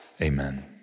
Amen